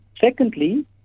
Secondly